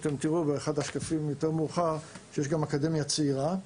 תראו באחד השקפים יותר מאוחר שיש גם אקדמיה צעירה.